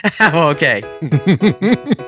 Okay